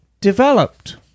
developed